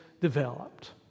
developed